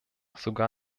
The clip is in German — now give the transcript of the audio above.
sogar